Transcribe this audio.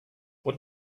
what